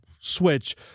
switch